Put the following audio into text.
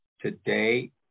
Today